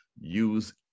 use